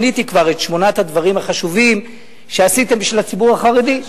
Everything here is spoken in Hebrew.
מניתי כבר את שמונת הדברים החשובים שעשיתם בשביל הציבור החרדי.